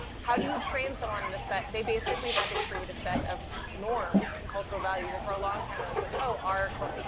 how do you train someone to set, they basically had to create a set of norms and cultural values, and for a long time, it was like, oh, our core,